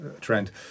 trend